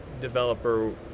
developer